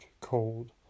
cold